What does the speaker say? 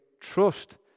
trust